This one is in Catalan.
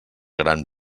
gran